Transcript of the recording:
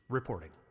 reporting